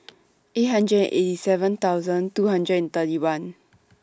eight hundred and eighty seven thousand two hundred and thirty one